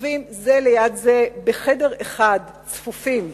שוכבים זה ליד זה בחדר אחד, צפופים,